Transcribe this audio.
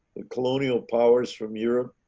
the colonial powers from europe